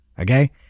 Okay